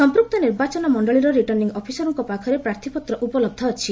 ସମ୍ପୃକ୍ତ ନିର୍ବାଚନ ମଣ୍ଡଳୀର ରିଟର୍ଣ୍ଣ ଅଫିସର୍କ ପାଖରେ ପ୍ରାର୍ଥୀପତ୍ର ଉପଲହ୍ଧ ଅଛି